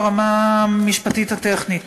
ברמה המשפטית הטכנית,